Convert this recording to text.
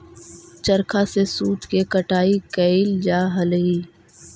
चरखा से सूत के कटाई कैइल जा हलई